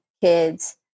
kids